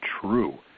true